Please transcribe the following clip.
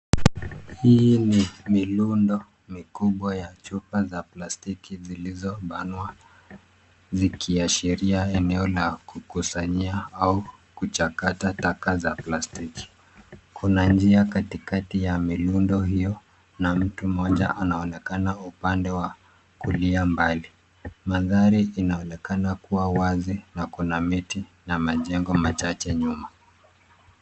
Hii ni milundo mikubwa ya chupa za plastiki zilizobanwa zikiashiria eneo la kukusanyia au kuchakata taka za plastiki. Kuna njia katikati ya milundo hiyo na mtu mmoja anaonekana upande wa kulia mbali. Mandhari inaonekana kuwa wazi na kuna miti na majengo machache nyuma.